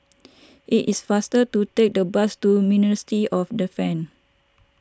it is faster to take the bus to Ministry of Defence